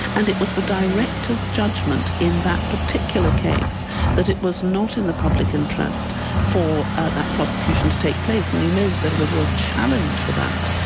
and it was the director's judgment in that particular case that it was not in the public interest for ah that prosecution to take place, and you know that there was a real challenge for that.